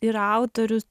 ir autorius